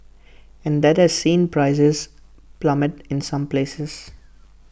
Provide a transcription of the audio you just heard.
and that has seen prices plummet in some places